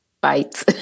bites